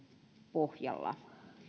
pohjalla